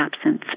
absence